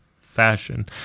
fashion